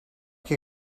que